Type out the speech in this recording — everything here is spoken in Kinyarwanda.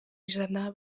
ijana